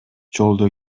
жолдо